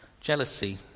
jealousy